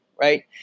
right